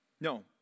no